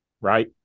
right